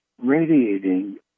Radiating